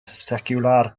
seciwlar